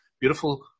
beautiful